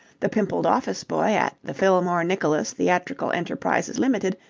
the pimpled office-boy at the fillmore nicholas theatrical enterprises ltd.